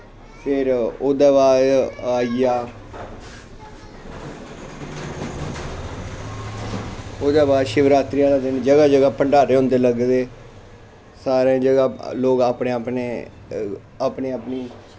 फिर ओह्दै बाद आई गेआ ओह्दै बाद शिवरात्री आह्लै दिन जगह जगह भंड़ारे होंदे लग्गे दे सारें जगह लोग अपने अपने